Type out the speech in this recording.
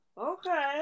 okay